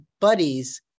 buddies